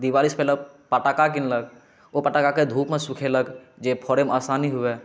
दिवालीसँ पहिले फटक्का किनलक ओ फटक्काके धूपमे सूखेलक जे फोड़ैमे आसानी हुए